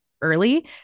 early